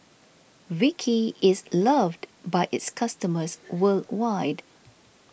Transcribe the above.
Vichy is loved by its customers worldwide